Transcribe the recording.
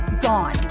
gone